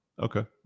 Okay